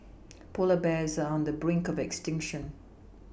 polar bears are on the brink of extinction